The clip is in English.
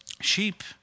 sheep